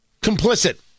Complicit